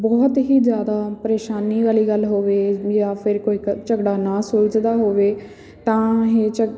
ਬਹੁਤ ਹੀ ਜ਼ਿਆਦਾ ਪਰੇਸ਼ਾਨੀ ਵਾਲੀ ਗੱਲ ਹੋਵੇ ਜਾਂ ਫਿਰ ਕੋਈ ਕ ਝਗੜਾ ਨਾ ਸੁਲਝਦਾ ਹੋਵੇ ਤਾਂ ਇਹ ਝਗ